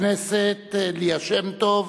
חברת הכנסת ליה שמטוב,